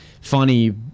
funny